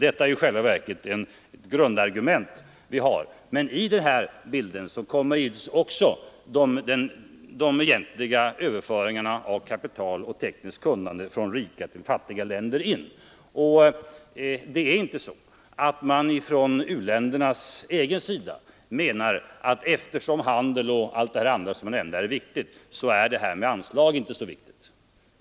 Detta är grundargument som vi har. Men i den här bilden kommer givetvis också in de egentliga överföringarna av kapital och tekniskt kunnande från rika till fattiga länder. Det är inte så att man från u-ländernas egen sida menar att eftersom handel och allt detta andra som jag nämnde är viktigt, så är det här med anslag inte så viktigt.